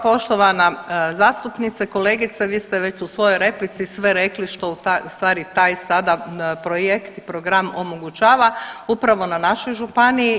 Poštovana zastupnice, kolegice vi ste već u svojoj replici sve rekli što u stvari taj sada projekt i program omogućava upravo na našoj županiji.